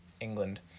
England